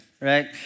right